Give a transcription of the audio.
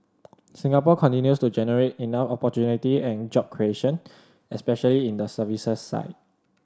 Singapore continues to generate enough opportunity and job creation especially in the services side